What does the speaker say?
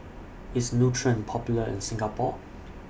IS Nutren Popular in Singapore